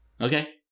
Okay